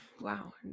Wow